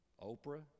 oprah